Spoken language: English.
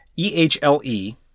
e-h-l-e